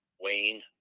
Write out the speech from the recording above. Wayne